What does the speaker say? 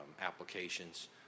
applications